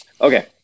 Okay